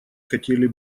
хотели